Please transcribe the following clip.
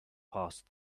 past